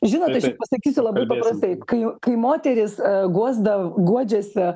žinot aš jum pasakysiu labai paprastai kai moteris guodžiasi